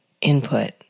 input